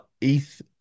ETH